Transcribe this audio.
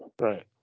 Right